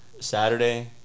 Saturday